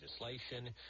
legislation